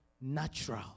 Natural